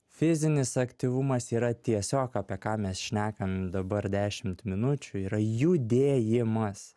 fizinis aktyvumas yra tiesiog apie ką mes šnekam dabar dešimt minučių yra judėjimas